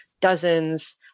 dozens